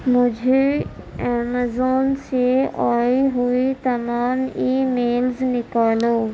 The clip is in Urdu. مجھے ایمیزون سے آئی ہوئی تمام ای میلز نکالو